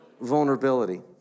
Vulnerability